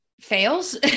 fails